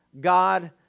God